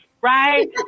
right